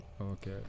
okay